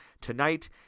tonight